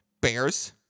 Bears